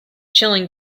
chilling